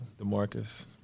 DeMarcus